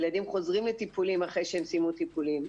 ילדים חוזרים לטיפולים אחרי שהם סיימו טיפולים.